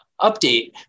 update